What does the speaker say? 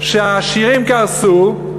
שהעשירים קרסו,